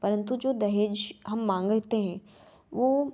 परंतु जो दहेज हम मांगते हैं वो